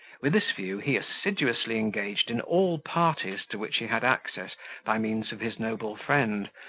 with this view he assiduously engaged in all parties to which he had access by means of his noble friend,